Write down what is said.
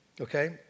Okay